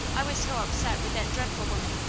i was so upset with that dreadful woman.